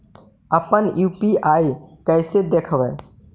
अपन यु.पी.आई कैसे देखबै?